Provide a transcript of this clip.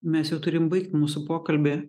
mes jau turim baigt mūsų pokalbį